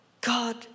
God